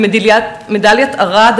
במדליית ארד,